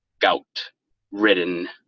gout-ridden